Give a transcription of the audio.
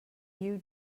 you